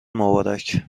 مبارک